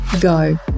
go